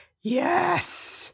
yes